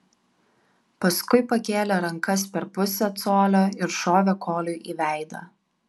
paskui pakėlė rankas per pusę colio ir šovė koliui į veidą